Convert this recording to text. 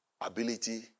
ability